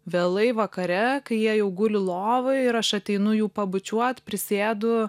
vėlai vakare kai jie jau guli lovoj ir aš ateinu jų pabučiuot prisėdu